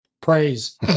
Praise